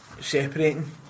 separating